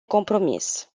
compromis